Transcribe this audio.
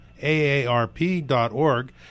AARP.org